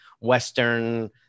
Western